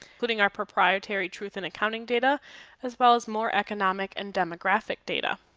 including our proprietary truth in accounting data as well as more economic and demographic data.